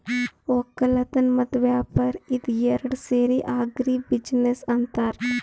ವಕ್ಕಲತನ್ ಮತ್ತ್ ವ್ಯಾಪಾರ್ ಇದ ಏರಡ್ ಸೇರಿ ಆಗ್ರಿ ಬಿಜಿನೆಸ್ ಅಂತಾರ್